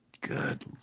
Good